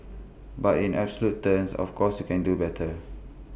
but in absolute terms of course can do better